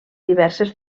diverses